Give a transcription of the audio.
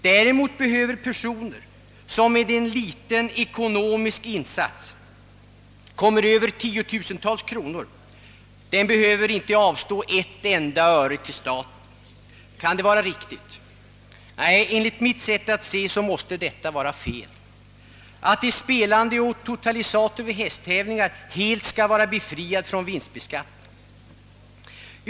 Däremot behöver personer som med liten ekonomisk insats kommer över tiotusentals kronor inte avstå ett enda öre till staten. Kan det vara riktigt? Nej, enligt mitt sätt att se måste det vara fel att de som spelar på totalisator vid hästkapplöpningar helt skall vara befriade från vinstbeskattning.